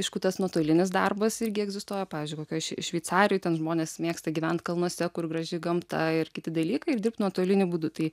aišku tas nuotolinis darbas irgi egzistuoja pavyzdžiui kokioj šveicarijoj ten žmonės mėgsta gyvent kalnuose kur graži gamta ir kiti dalykai ir dirbt nuotoliniu būdu tai